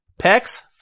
Pecs